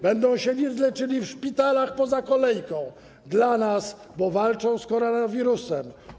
Będą się leczyli w szpitalach poza kolejką dla nas, bo walczą z koronawirusem.